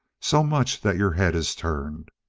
so much that your head is turned.